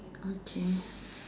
okay